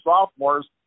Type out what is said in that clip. sophomores